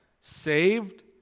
saved